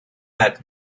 that